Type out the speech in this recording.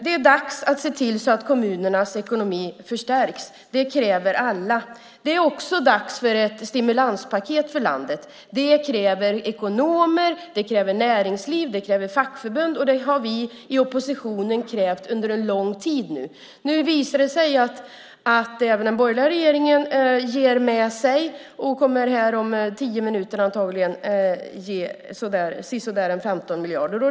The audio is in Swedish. Det är dags att se till att kommunernas ekonomi förstärks. Det kräver alla. Det är också dags för ett stimulanspaket för landet. Det kräver ekonomer, det kräver näringsliv, det kräver fackförbund, och det har vi i oppositionen krävt under en lång tid. Nu visar det sig att även den borgerliga regeringen ger med sig och kommer antagligen om tio minuter att ge omkring 15 miljarder.